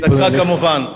דקה, כמובן.